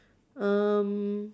um